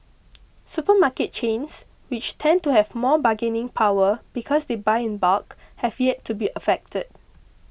supermarket chains which tend to have more bargaining power because they buy in bulk have yet to be affected